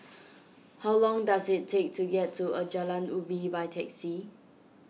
how long does it take to get to a Jalan Ubi by taxi